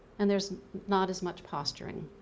and there's not as much posturing.